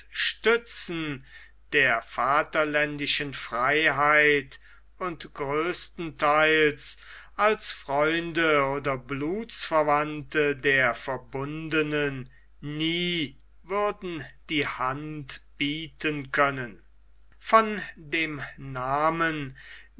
stützen der vaterländischen freiheit und größtenteils als freunde oder blutsverwandte der verbundenen nie würden die hand bieten können von dem namen